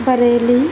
Bareilly